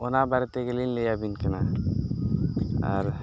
ᱚᱱᱟ ᱵᱟᱨᱮ ᱛᱮᱜᱮᱞᱤᱧ ᱞᱟᱹᱭᱟᱵᱤᱱ ᱠᱟᱱᱟ ᱟᱨ